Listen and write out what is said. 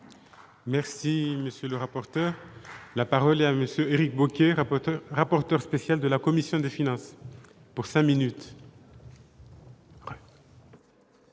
Merci, monsieur le rapporteur. La parole est à monsieur Éric Bocquet rapporteur, rapporteur spécial de la commission des finances pour 5 minutes.